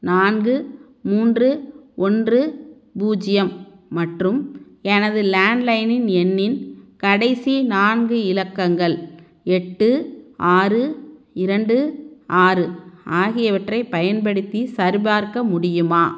நான்கு மூன்று ஒன்று பூஜ்ஜியம் மற்றும் எனது லேண்ட்லைனின் எண்ணின் கடைசி நான்கு இலக்கங்கள் எட்டு ஆறு இரண்டு ஆறு ஆகியவற்றைப் பயன்படுத்தி சரிபார்க்க முடியுமா